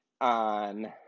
on